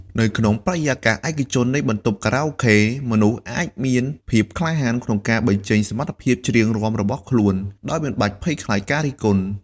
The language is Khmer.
នៅក្នុងបរិយាកាសឯកជននៃបន្ទប់ខារ៉ាអូខេ មនុស្សអាចមានភាពក្លាហានក្នុងការបញ្ចេញសមត្ថភាពច្រៀងរាំរបស់ខ្លួន ដោយមិនបាច់ភ័យខ្លាចការរិះគន់។